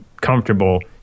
comfortable